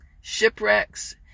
shipwrecks